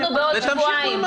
ולמצוא פתרון הגיוני,